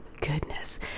goodness